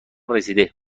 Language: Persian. رسیده